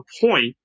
point